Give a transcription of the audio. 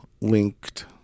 linked